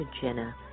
Jenna